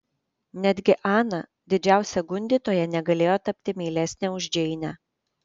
netgi ana didžiausia gundytoja negalėjo tapti meilesnė už džeinę